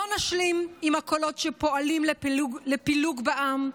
לא נשלים עם הקולות שפועלים לפילוג בעם,